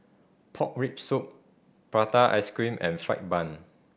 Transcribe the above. pork rib soup prata ice cream and fried bun